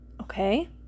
Okay